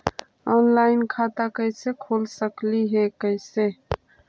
Online खाता कैसे खोल सकली हे कैसे?